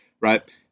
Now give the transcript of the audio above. right